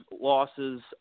losses